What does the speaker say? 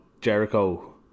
Jericho